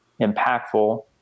impactful